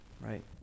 Right